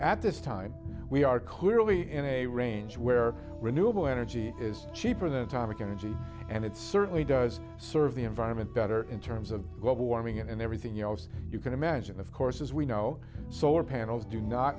at this time we are clearly in a range where renewable energy is cheaper than atomic energy and it certainly does serve the environment better in terms of global warming and everything else you can imagine of course as we know solar panels do not